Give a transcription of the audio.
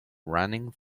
running